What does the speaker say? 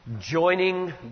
joining